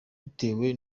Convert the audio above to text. bitewe